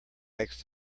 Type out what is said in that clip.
makes